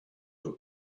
what